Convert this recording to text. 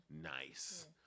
Nice